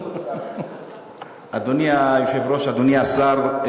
אדוני היושב-ראש, אדוני השר,